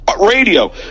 radio